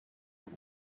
have